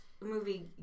movie